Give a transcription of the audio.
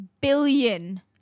billion